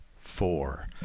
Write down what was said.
four